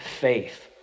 faith